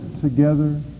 together